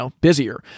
busier